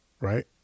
right